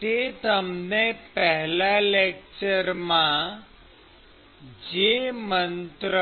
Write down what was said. મે તમને પેહલા લેકચરમાં જે મંત્ર